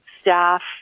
staff